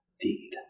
deed